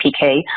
PK